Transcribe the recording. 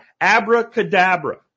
Abracadabra